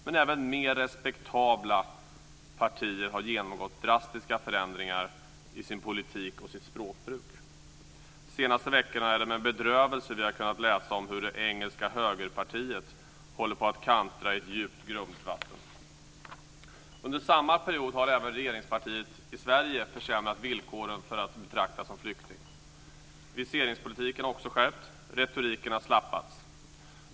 Men även mer respektabla partier har genomfört drastiska förändringar av sin politik och sitt språkbruk. Det är med bedrövelse vi de senaste veckorna har kunnat läsa om hur det engelska högerpartiet håller på att kantra i ett djupt grumligt vatten. Under samma period har även regeringspartiet i Sverige försämrat villkoren för att betraktas som flykting. Viseringspolitiken har också skärpts, och retoriken har blivit slappare.